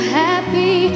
happy